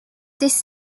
this